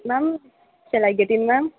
ma'am shall I get in ma'am